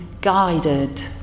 guided